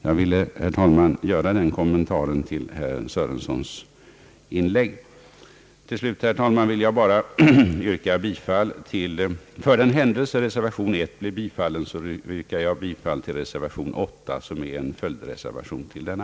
Jag ville, herr talman, göra denna kommentar till herr Sörensons inlägg. Till slut, herr talman, vill jag bara, för den händelse reservation 1 blir bifallen, yrka bifall också till reservation 8 som är en följdreservation till denna.